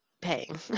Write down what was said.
paying